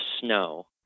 snow